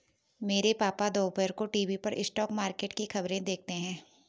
मेरे पापा दोपहर को टीवी पर स्टॉक मार्केट की खबरें देखते हैं